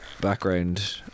background